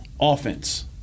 offense